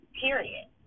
period